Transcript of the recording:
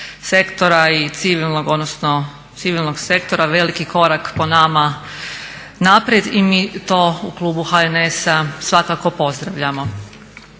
sektora i civilnog odnosno civilnog sektora veliki korak po nama naprijed i mi to u klubu HNS-a svakako pozdravljamo.